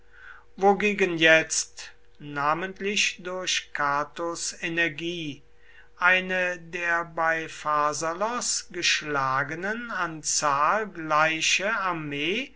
wogegen jetzt namentlich durch catos energie eine der bei pharsalos geschlagenen an zahl gleiche armee